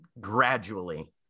gradually